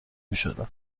میشدن